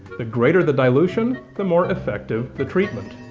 the greater the dilution, the more effective the treatment.